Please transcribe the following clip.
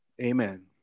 Amen